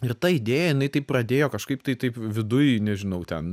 ir ta idėja jinai taip pradėjo kažkaip tai taip viduj nežinau ten